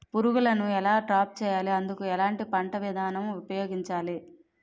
పురుగులను ఎలా ట్రాప్ చేయాలి? అందుకు ఎలాంటి పంట విధానం ఉపయోగించాలీ?